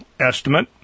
estimate